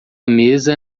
mesa